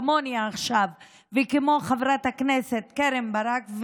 כמוני עכשיו וכמו חברת הכנסת קרן ברק,